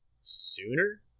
sooner